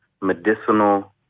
medicinal